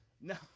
No